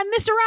Mr